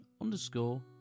underscore